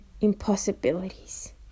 impossibilities